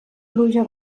pluja